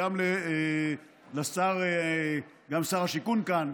גם שר השיכון כאן,